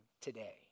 today